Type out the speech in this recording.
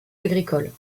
agricole